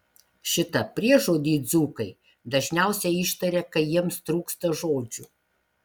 šitą priežodį dzūkai dažniausiai ištaria kai jiems trūksta žodžių